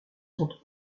sont